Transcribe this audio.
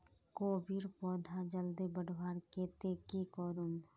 कोबीर पौधा जल्दी बढ़वार केते की करूम?